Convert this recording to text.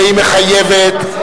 והיא מחייבת,